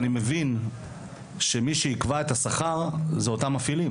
אני מבין שמי שיקבע את השכר זה אותם מפעילים,